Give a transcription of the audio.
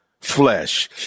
flesh